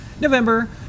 november